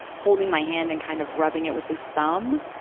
holding my hand and kind of rubbing it with his thumb.